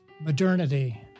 modernity